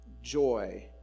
joy